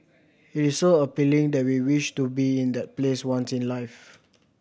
it is so appealing that we wish to be in that place once in life